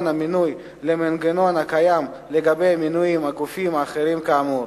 המינוי למנגנון הקיים לגבי מינוי הגופים האחרים כאמור,